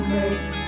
make